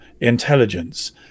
intelligence